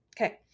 Okay